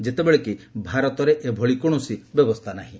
ଯେତେବେଳେ କି ଭାରତରେ ଏଭଳି କୌଣସି ବ୍ୟବସ୍ଥା ନାହିଁ